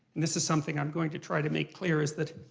this is something i'm going to try to make clear, is that